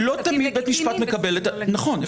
נכון.